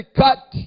cut